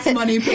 money